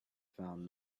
found